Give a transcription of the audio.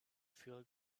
feel